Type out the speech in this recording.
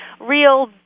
real